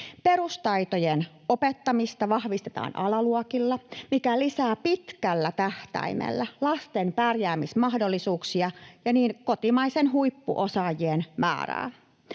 Perustaitojen opettamista vahvistetaan alaluokilla, mikä lisää pitkällä tähtäimellä lasten pärjäämismahdollisuuksia ja kotimaisten huippuosaajien määrää.